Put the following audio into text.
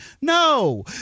No